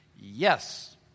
Yes